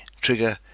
Trigger